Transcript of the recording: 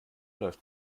läuft